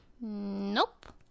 nope